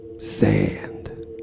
Sand